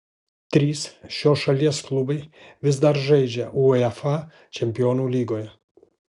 trys šios šalies klubai vis dar žaidžia uefa čempionų lygoje